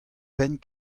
penn